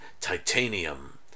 titanium